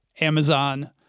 Amazon